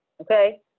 okay